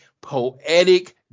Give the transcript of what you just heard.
poetic